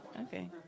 Okay